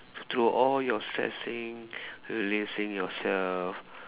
to all your stressing releasing yourself